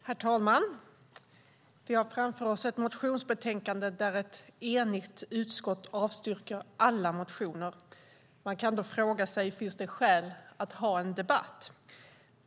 Herr talman! Vi har framför oss ett motionsbetänkande där ett enigt utskott avstyrker alla motioner. Man kan då fråga sig om det finns skäl att ha en debatt.